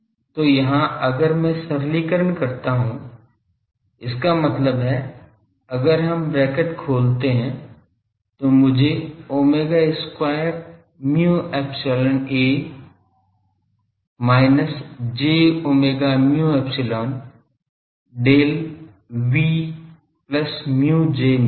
तो यहाँ अगर मैं सरलीकरण करता हूँ इसका मतलब है अगर हम ब्रैकेट खोलते हैं तो मुझे omega square mu epsilon A minus j omega mu epsilon Del V plus mu J मिलेगा